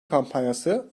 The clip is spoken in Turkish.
kampanyası